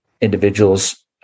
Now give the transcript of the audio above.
individuals